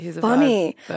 funny